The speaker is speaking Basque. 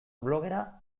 blogera